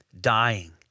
dying